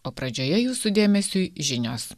o pradžioje jūsų dėmesiui žinios